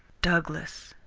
douglas!